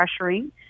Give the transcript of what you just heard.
pressuring